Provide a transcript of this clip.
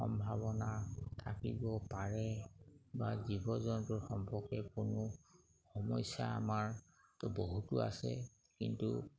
সম্ভাৱনা থাকিব পাৰে বা জীৱ জন্তুৰ সম্পৰ্কে কোনো সমস্যা আমাৰ বহুতো আছে কিন্তু